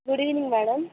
good evening madam